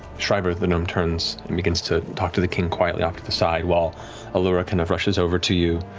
schreiber, the gnome, turns and begins to talk to the king quietly off to the side while allura kind of rushes over to you,